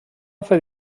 fet